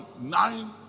nine